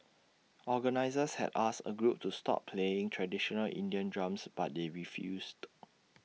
organisers had asked A group to stop playing traditional Indian drums but they refused